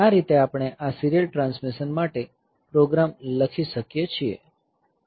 આ રીતે આપણે આ સીરીયલ ટ્રાન્સમિશન માટે પ્રોગ્રામ લખી શકીએ છીએ